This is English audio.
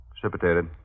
Precipitated